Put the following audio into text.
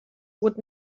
would